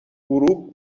غروب